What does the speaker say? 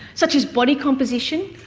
such as body composition,